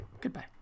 Goodbye